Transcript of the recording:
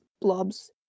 blobs